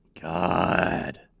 God